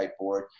whiteboard